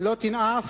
לא תנאף,